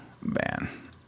man